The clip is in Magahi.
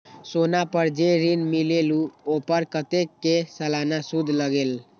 सोना पर जे ऋन मिलेलु ओपर कतेक के सालाना सुद लगेल?